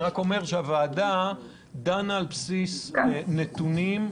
אני רק אומר שהוועדה דנה על בסיס נתונים,